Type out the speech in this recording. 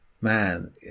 Man